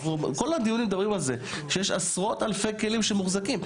כל הדיונים מדברים על זה שיש עשרות אלפי כלים שמוחזקים.